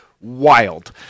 wild